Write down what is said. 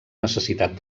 necessitat